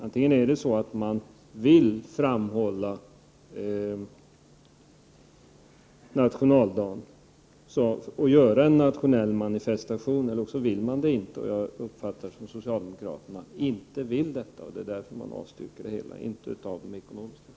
Antingen vill man framhålla nationaldagen och göra en nationell manifestation, eller också vill man det inte. Jag uppfattar det så att socialdemokraterna inte vill detta. Det är därför man avstyrker det hela, inte av ekonomiska skäl.